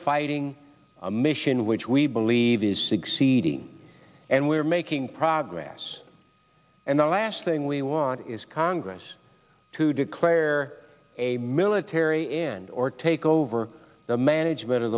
fighting a mission which we believe is succeeding and we're making progress and the last thing we want is congress to declare where a military end or take over the management of